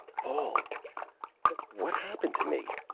paul what happened to me?